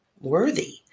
worthy